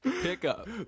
Pickup